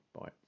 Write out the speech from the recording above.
bye